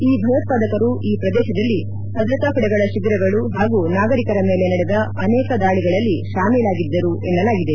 ಈ ಭಯೋತ್ಪಾದಕರು ಈ ಪ್ರದೇಶದಲ್ಲಿ ಭದ್ರತಾ ಪಡೆಗಳ ಶಿಬಿರಗಳು ಹಾಗೂ ನಾಗರಿಕರ ಮೇಲೆ ನಡೆದ ಅನೇಕ ದಾಳಿಗಳಲ್ಲಿ ಶಾಮೀಲಾಗಿದ್ದರು ಎನ್ನಲಾಗಿದೆ